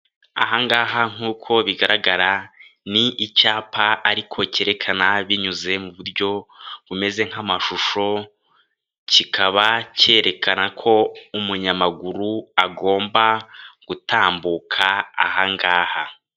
Ahangaha nkuko bigaragara ni icyapa ariko cyerekana binyuze mu buryo bumeze nk'amashusho kikaba cyerekana ko umunyamaguru agomba gutambuka ahangaha.